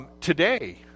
Today